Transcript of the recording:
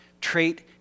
trait